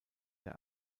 der